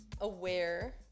aware